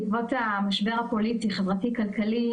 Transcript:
בעקבות המשבר הפוליטי-חברתי-כלכלי,